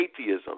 atheism